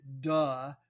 duh